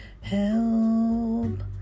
help